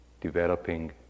developing